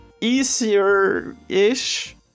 easier-ish